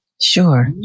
Sure